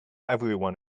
everyone